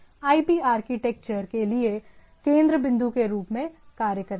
IP architecture के लिए केंद्र बिंदु के रूप में कार्य करता है